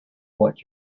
what